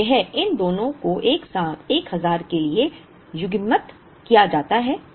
तो यह इन दोनों को एक साथ 1000 के लिए युग्मित किया जाता है